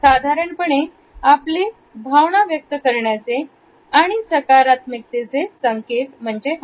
हे साधारणपणे आपले भावना व्यक्त करण्याचे आणि सकारात्मकतेचे संकेत आहे